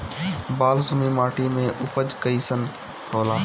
बालसुमी माटी मे उपज कईसन होला?